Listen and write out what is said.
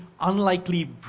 unlikely